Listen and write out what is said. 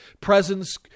presence